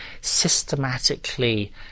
systematically